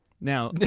Now